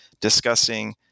discussing